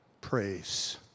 praise